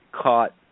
caught